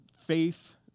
faith